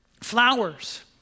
flowers